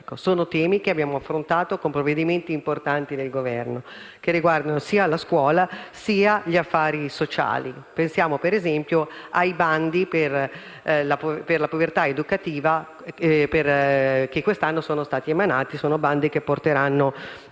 Sono temi che abbiamo affrontato con provvedimenti importanti del Governo che riguardano sia la scuola, sia gli affari sociali: pensiamo, per esempio, ai bandi per la povertà educativa che sono stati emanati quest'anno e porteranno